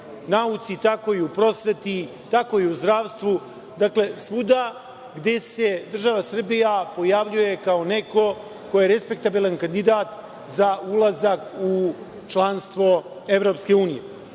nauci, tako i u prosveti, tako i u zdravstvu. Dakle, svuda gde se država Srbija pojavljuje kao neko ko je respektabilan kandidat za ulazak u članstvo Evropske unije. Druga